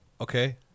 Okay